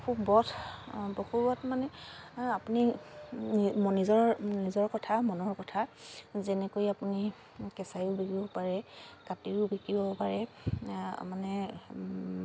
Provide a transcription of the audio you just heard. পশুবধ পশুবধ মানে আপুনি নিজৰ নিজৰ কথা মনৰ কথা যেনেকৈ আপুনি কেঁচাইও বিকিব পাৰে কাটিও বিকিব পাৰে মানে